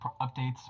updates